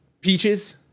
peaches